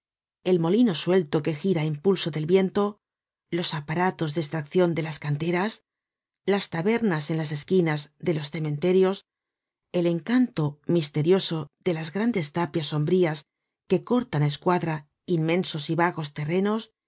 el molino suelto que gira á impulso del viento los aparatos de estraccion de las canteras las tabernas en las esquinas de los cementerios el encanto misterioso de las grandes tapias sombrías que cortan á escuadra inmensos y vagos terrenos